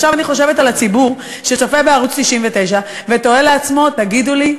עכשיו אני חושבת על הציבור שצופה בערוץ 99 ותוהה לעצמו: תגידו לי,